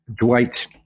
Dwight